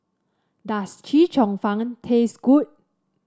does Chee Cheong Fun taste good